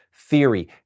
theory